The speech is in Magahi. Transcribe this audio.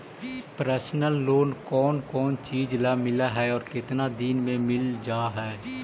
पर्सनल लोन कोन कोन चिज ल मिल है और केतना दिन में मिल जा है?